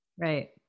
Right